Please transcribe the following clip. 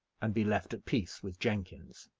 and be left at peace with jenkins.